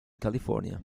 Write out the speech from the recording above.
california